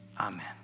Amen